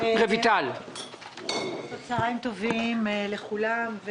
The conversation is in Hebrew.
צהריים טובים לכולם.